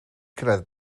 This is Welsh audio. cyrraedd